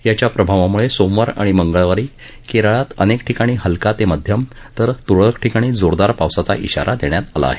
याच्या प्रभावामुळे सोमवार आणि मंगळवारी केरळात अनेक ठिकाणी हलका ते मध्यम तर तुरळक ठिकाणी जोरदार पावसाचा इशारा देण्यात आला आहे